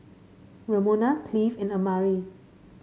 Ramona Cleave and Amari